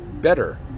better